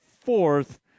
fourth